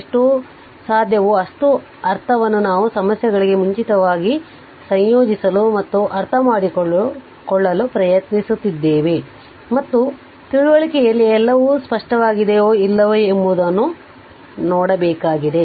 ಎಷ್ಟು ಸಾಧ್ಯವೋ ಅಷ್ಟು ಅರ್ಥವನ್ನು ನಾವು ಸಮಸ್ಯೆಗಳಿಗೆ ಮುಂಚಿತವಾಗಿ ಸಂಯೋಜಿಸಲು ಮತ್ತು ಅರ್ಥಮಾಡಿಕೊಳ್ಳಲು ಪ್ರಯತ್ನಿಸಿದ್ದೇವೆ ಮತ್ತು ತಿಳುವಳಿಕೆಯಲ್ಲಿ ಎಲ್ಲವೂ ಸ್ಪಷ್ಟವಾಗಿದೆಯೋ ಇಲ್ಲವೋ ಎಂಬುದನ್ನು ನೋಡಬೇಕಾಗಿದೆ